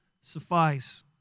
suffice